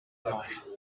life